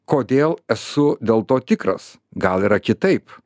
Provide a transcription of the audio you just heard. kodėl esu dėl to tikras gal yra kitaip